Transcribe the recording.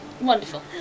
wonderful